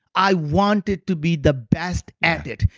i wanted to be the best at it.